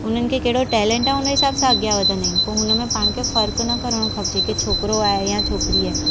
हुननि खे कहिड़ो टेलेंट आहे उन हिसाब सां अॻियां वधंदा आहिनि पोइ हुनमें पाण खे फर्क़ु न करणु खपजे की छोकिरो आहे की छोकिरी आहे